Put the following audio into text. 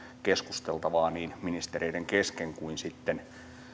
keskusteltavaa niin ministereiden kesken kuin sitten